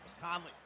Conley